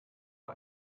war